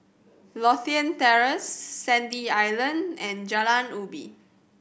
Lothian Terrace Sandy Island and Jalan Ubi